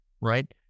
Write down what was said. right